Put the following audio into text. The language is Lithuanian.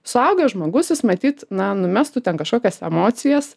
suaugęs žmogus jis matyt na numestų ten kažkokias emocijas